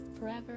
forever